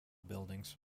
buildings